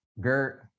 Gert